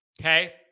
Okay